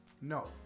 No